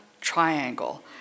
triangle